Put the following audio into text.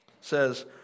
says